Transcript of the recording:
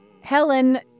Helen